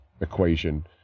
equation